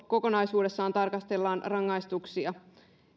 kokonaisuudessaan tarkasteltava rangaistuksia